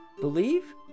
believe